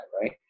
right